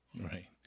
Right